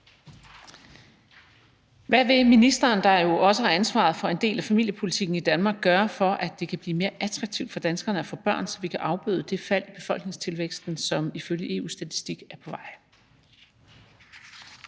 Hvad vil ministeren, der jo også har ansvaret for en del af familiepolitikken i Danmark, gøre, for at det kan blive mere attraktivt for danskerne at få børn, så vi kan afbøde det fald i befolkningstilvækst, som ifølge EU-statistik er på vej?